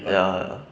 ya ya